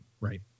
Right